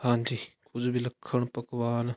ਹਾਂਜੀ ਕੁਝ ਵਿਲੱਖਣ ਪਕਵਾਨ